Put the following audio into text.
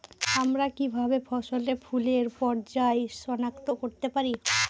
আমরা কিভাবে ফসলে ফুলের পর্যায় সনাক্ত করতে পারি?